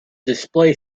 display